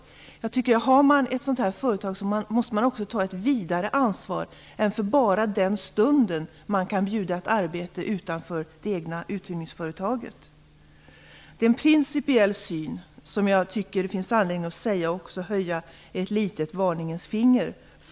Företaget måste också ta ett vidare ansvar än bara för den stund som ett arbete utanför uthyrningsföretaget kan erbjudas. Detta är en principiell syn, och här finns det anledning att höja ett varningens finger.